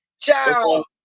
Ciao